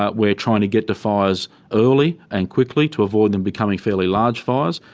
ah we're trying to get to fires early and quickly to avoid them becoming fairly large fires.